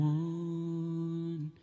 one